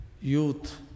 youth